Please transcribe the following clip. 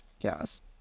yes